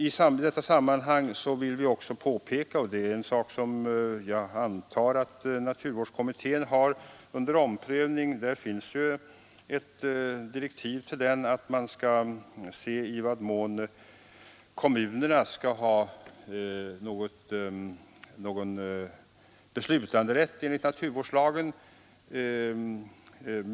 I detta sammanhang vill vi ta upp en sak som jag antar att naturvårdskommittén har under omprövning; den har i direktiven fått i uppgift att undersöka i vad mån kommunerna skall ha beslutanderätt enligt naturvårdslagen.